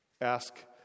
Ask